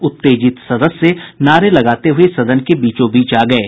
उत्तेजित सदस्य नारे लगाते हुए सदन के बीचोबीच आ गये